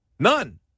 None